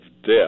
death